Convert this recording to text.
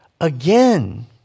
again